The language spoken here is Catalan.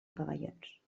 pavellons